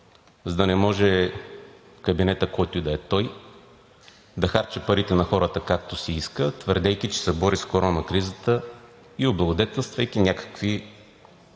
за да не може кабинетът, който и да е той, да харчи парите на хората както си иска, твърдейки, че се бори с корона кризата, и облагодетелствайки някакви хора.